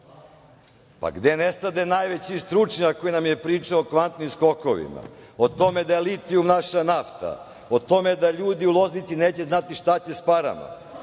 Pa gde nestade najveći stručnjak koji nam je pričao o kvantnim skokovima, o tome da je litijum naša nafta, o tome da ljudi u Loznici neće znati šta će sa parama?